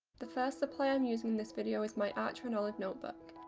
the first supply i'm using in this video is my archer and olive notebook.